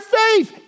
faith